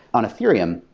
on ethereum,